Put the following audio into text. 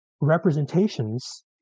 representations